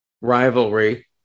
rivalry